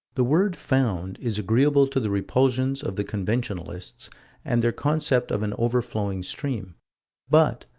the word found is agreeable to the repulsions of the conventionalists and their concept of an overflowing stream but,